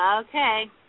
Okay